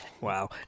Wow